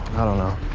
i don't know.